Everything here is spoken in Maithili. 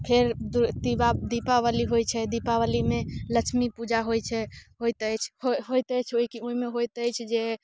फेर दु दीपावली होइत छै दीपावलीमे लक्ष्मी पूजा होइत छै होयत अछि होयत अछि ओहिमे होइत अछि जे